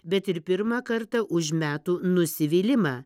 bet ir pirmą kartą už metų nusivylimą